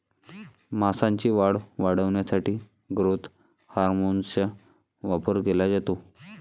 मांसाची वाढ वाढवण्यासाठी ग्रोथ हार्मोनचा वापर केला जातो